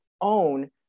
own